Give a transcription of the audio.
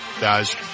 guys